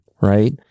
right